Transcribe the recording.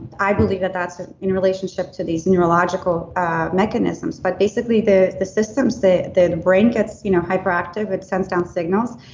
i believe that that's in relationship to these neurological mechanisms, but basically, the the systems, the the brain gets you know hyperactive. it sends down signals.